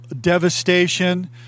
devastation